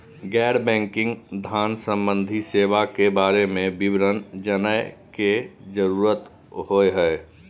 गैर बैंकिंग धान सम्बन्धी सेवा के बारे में विवरण जानय के जरुरत होय हय?